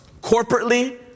corporately